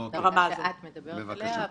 ברמה שאת מדברת עליה,